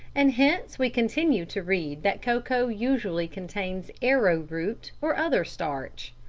and hence we continue to read that cocoa usually contains arrowroot or other starch.